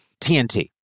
TNT